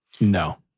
No